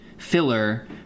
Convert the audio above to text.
Filler